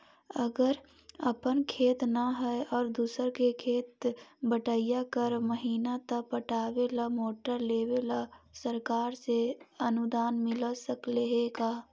अगर अपन खेत न है और दुसर के खेत बटइया कर महिना त पटावे ल मोटर लेबे ल सरकार से अनुदान मिल सकले हे का?